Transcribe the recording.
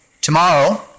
Tomorrow